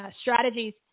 Strategies